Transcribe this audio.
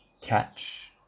Catch